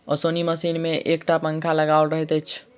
ओसौनी मशीन मे एक टा पंखा लगाओल रहैत छै